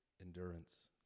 endurance